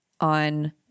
on